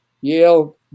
Yale